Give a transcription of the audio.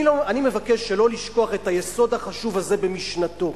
אני מבקש שלא לשכוח את היסוד החשוב הזה במשנתו.